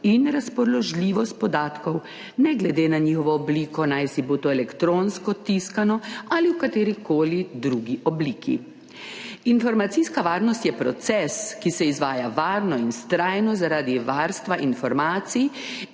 in razpoložljivost podatkov, ne glede na njihovo obliko, najsibo to elektronsko, tiskano ali v katerikoli drugi obliki. Informacijska varnost je proces, ki se izvaja varno in vztrajno, zaradi varstva informacij